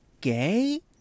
gay